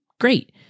Great